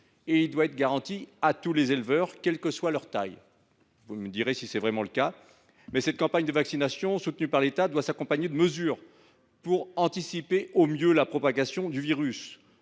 Il doit être garanti à tous les éleveurs, quelle que soit la taille de leur élevage. Vous me direz si c’est bien le cas. C’est le cas ! Mais cette campagne de vaccination soutenue par l’État doit s’accompagner de mesures pour anticiper au mieux la propagation du virus.